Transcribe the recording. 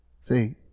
See